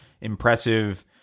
impressive